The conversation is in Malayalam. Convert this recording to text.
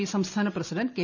പി സംസ്ഥാന പ്രസിഡന്റ് കെ